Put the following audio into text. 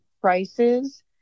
prices